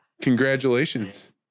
congratulations